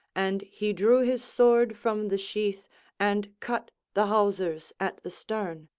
and he drew his sword from the sheath and cut the hawsers at the stern.